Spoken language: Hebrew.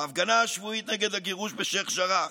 בהפגנה השבועית נגד הגירוש בשיח' ג'ראח,